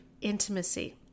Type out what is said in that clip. intimacy